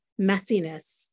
messiness